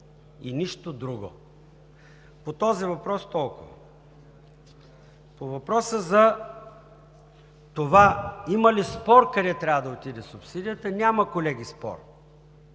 и нищо друго! По този въпрос толкова. По въпроса за това има ли спор къде трябва да отиде субсидията, няма, колеги, спор.